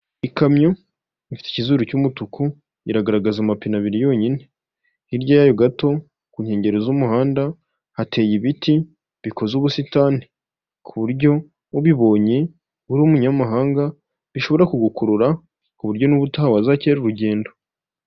Ikamyo ifite ikizuru cy'umutuku iragaragaza amapine abiri yonyine, hirya yayo gato ku nkengero z'umuhanda hateye ibiti bikoze ubusitani, ku buryo ubibonye uri umunyamahanga bishobora kugukurura ku buryo n'ubutaha wazakererwa urugendo.